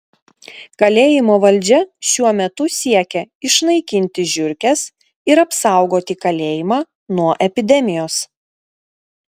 kalėjimo valdžia šiuo metu siekia išnaikinti žiurkes ir apsaugoti kalėjimą nuo epidemijos